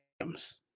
items